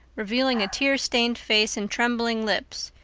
revealing a tear-stained face and trembling lips.